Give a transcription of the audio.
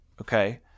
okay